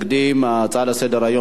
ההצעה להעביר את